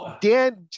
Dan